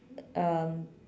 um